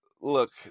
look